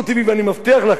שכמו החוק,